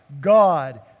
God